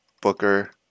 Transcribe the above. booker